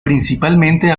principalmente